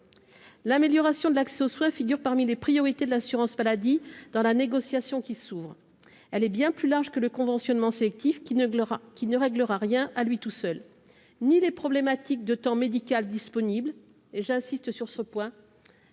L'amélioration de l'accès aux soins figure parmi les priorités de l'assurance maladie dans la négociation qui s'ouvre. Elle est bien plus large que le conventionnement sélectif, qui ne réglera rien à lui tout seul : ni les problématiques de temps médical disponible- j'insiste sur ce point